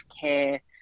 care